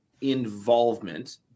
involvement